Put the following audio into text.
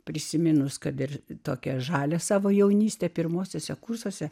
prisiminus kad ir tokią žalią savo jaunystę pirmuosiuose kursuose